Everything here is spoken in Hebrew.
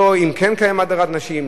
לא אם כן קיימת הדרת נשים,